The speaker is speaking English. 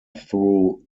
through